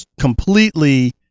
completely